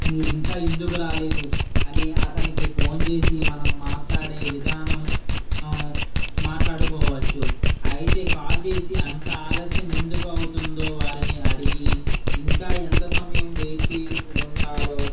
మీరు ఇంకా ఎందుకు రాలేదు అని అతనికి ఫోన్ చేసి మనం మాట్లాడే విధానం మాట్లాడుకోవచ్చు అయితే కాల్ చేసి అంత ఆలస్యం ఎందుకు అవుతుందో వారిని అడిగి ఇంకా ఎంత సమయం వేచి ఉండాలో